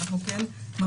אנחנו כן ממליצים,